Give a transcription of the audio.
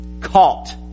caught